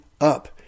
up